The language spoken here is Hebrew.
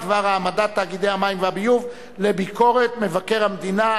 בדבר העמדת תאגידי המים והביוב לביקורת מבקר המדינה,